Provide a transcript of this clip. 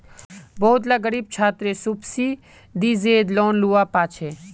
बहुत ला ग़रीब छात्रे सुब्सिदिज़ेद लोन लुआ पाछे